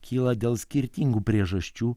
kyla dėl skirtingų priežasčių